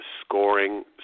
scoring